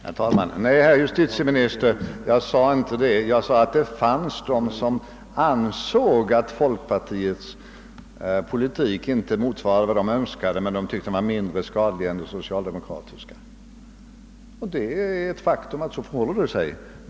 Herr talman! Nej, herr justitieminister, det sade jag inte — jag sade att det inom näringslivet fanns de som ansåg att folkpartiets politik visserligen inte motsvarade vad de önskade men dock var mindre skadlig än den socialdemokratiska. Det är ett faktum att så förhåller det sig.